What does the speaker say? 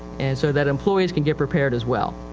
and so that employees can get prepared as well.